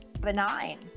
benign